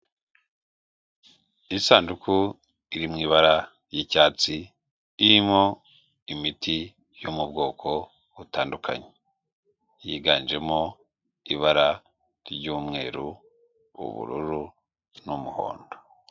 Isanduku iri mu ibara ry'icyatsi, irimo imiti yo mu bwoko butandukanye. Higanjemo ibara ry'umweru, ubururu, n'umuhondo.